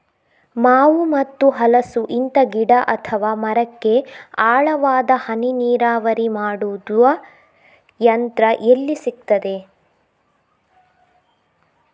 ಮಾವು ಮತ್ತು ಹಲಸು, ಇಂತ ಗಿಡ ಅಥವಾ ಮರಕ್ಕೆ ಆಳವಾದ ಹನಿ ನೀರಾವರಿ ಮಾಡುವ ಯಂತ್ರ ಎಲ್ಲಿ ಸಿಕ್ತದೆ?